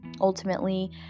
ultimately